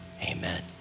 Amen